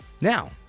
Now